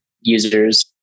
users